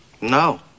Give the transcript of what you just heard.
No